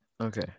Okay